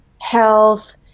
health